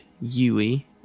Yui